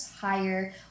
higher